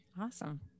awesome